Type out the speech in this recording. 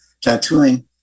tattooing